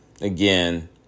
again